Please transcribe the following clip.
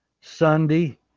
Sunday